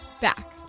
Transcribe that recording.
back